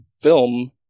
film